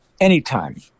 anytime